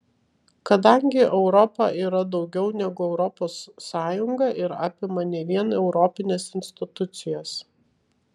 kadangi europa yra daugiau negu europos sąjunga ir apima ne vien europines institucijas